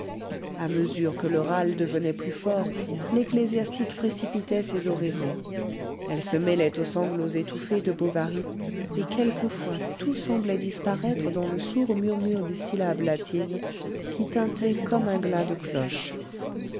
à mesure que le râle devenait plus fort l'ecclésiastique précipitait ses oraisons elles se mêlaient aux sanglots étouffés de bovary et quelquefois tout semblait disparaître dans le sourd murmure des syllabes latines qui tintaient comme un glas de cloche